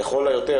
לכל היותר,